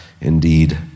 indeed